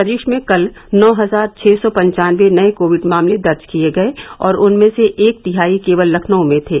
प्रदेश में कल नौ हजार छः सौ पन्चानबे नए कोविड मामले दर्ज किए गए और उनमें से एक तिहाई केवल लखनऊ में थे